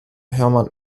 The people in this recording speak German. hermann